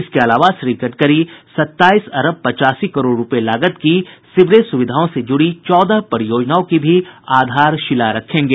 इसके अलावा श्री गडकरी सत्ताईस अरब पचासी करोड़ रुपए लागत की सीवरेज सुविधाओं से जूड़ी चौदह परियोजनाओं की भी आधारशिला रखेंगे